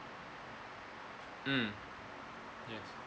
mm yes